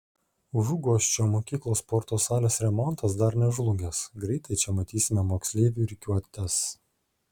užuguosčio mokyklos sporto salės remontas dar nežlugęs greitai čia matysime moksleivių rikiuotes